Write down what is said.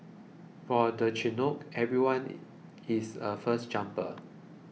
for the Chinook everyone is a first jumper